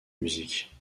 musique